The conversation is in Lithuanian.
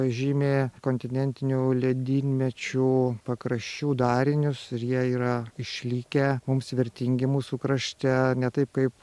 pažymi kontinentinių ledynmečių pakraščių darinius ir jie yra išlikę mums vertingi mūsų krašte ne taip kaip